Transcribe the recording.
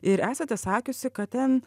ir esate sakiusi kad ten